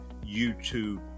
YouTube